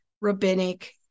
rabbinic